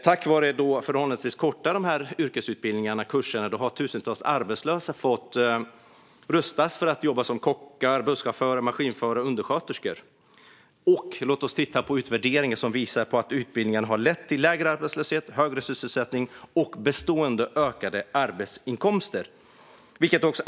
Tack vare de förhållandevis korta yrkesutbildningarna och kurserna har tusentals arbetslösa rustats för att jobba som kockar, busschaufförer, maskinförare och undersköterskor. Och låt oss titta på utvärderingarna, som visar att utbildningarna har lett till lägre arbetslöshet, högre sysselsättning och bestående ökade arbetsinkomster.